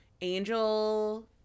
Angel